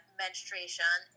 menstruation